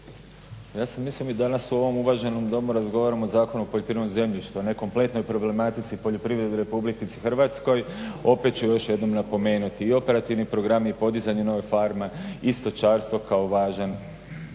Ja sam mislio mi danas u ovom uvaženom domu razgovaramo o Zakonu o poljoprivrednom zemljištu, a ne kompletnoj problematici poljoprivrede Republike Hrvatske. Opet ću još jednom napomenuti i operativni programi, i podizanje nove farme, i stočarstvo kao važan